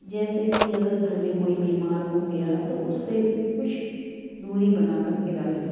جیسے کہ اگر گھر میں کوئی بیمار ہوگیا تو اس سے کچھ دوری بنا کر کے رکھنا